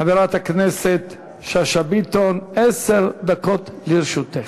חברת הכנסת שאשא ביטון, עשר דקות לרשותך.